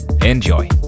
Enjoy